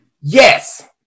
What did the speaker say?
Yes